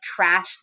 trashed